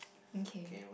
mm kay